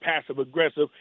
passive-aggressive